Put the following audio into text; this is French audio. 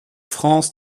france